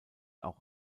auch